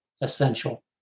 essential